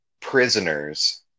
Prisoners